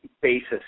basis